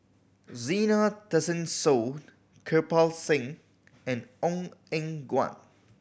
Zena Tessensohn Kirpal Singh and Ong Eng Guan